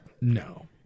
No